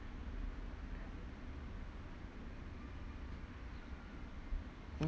mm